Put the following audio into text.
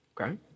Okay